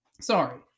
sorry